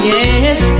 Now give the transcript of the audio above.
Yes